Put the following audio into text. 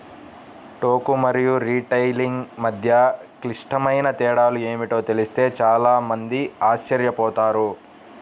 టోకు మరియు రిటైలింగ్ మధ్య క్లిష్టమైన తేడాలు ఏమిటో తెలిస్తే చాలా మంది ఆశ్చర్యపోతారు